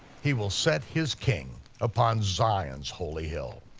he will set his king upon zion's holy hill.